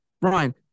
Brian